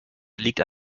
liegt